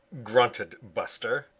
grunted buster,